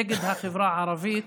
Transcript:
נגד החברה הערבית,